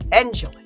Enjoy